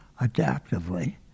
adaptively